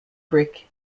brick